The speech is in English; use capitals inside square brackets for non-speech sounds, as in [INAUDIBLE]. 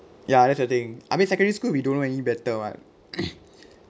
ya that's the thing I mean secondary school we don't know any better [what] [NOISE]